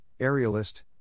aerialist